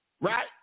right